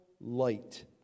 light